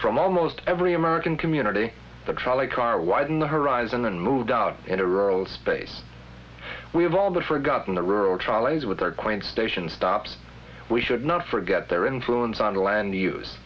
from almost every american community the trolley car widen the horizon and moved out into rural space we have all the forgotten the rural trolleys with our quaint stations stopped we should not forget their influence on the land